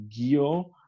Gio